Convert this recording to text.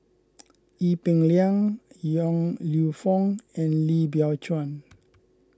Ee Peng Liang Yong Lew Foong and Lim Biow Chuan